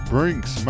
Brinks